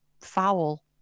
foul